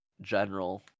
general